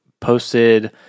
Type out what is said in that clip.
posted